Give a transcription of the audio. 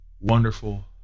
wonderful